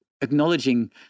acknowledging